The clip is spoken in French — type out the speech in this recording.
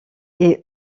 est